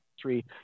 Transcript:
three